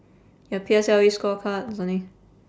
your P_S_L_E scorecard or something